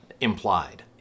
implied